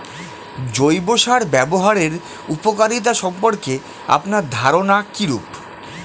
জৈব সার ব্যাবহারের উপকারিতা সম্পর্কে আপনার ধারনা কীরূপ?